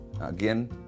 again